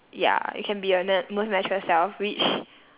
ya you can be your na~ most natural self which